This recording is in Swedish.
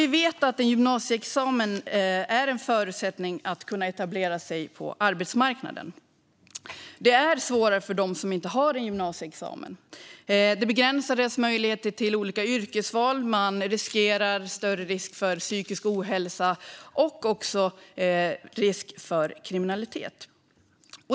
Vi vet att en gymnasieexamen är en förutsättning för att kunna etablera sig på arbetsmarknaden. Det är svårare för dem som inte har en gymnasieexamen. Det begränsar deras möjligheter till olika yrkesval och de löper större risk för psykisk ohälsa och kriminalitet.